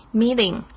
meeting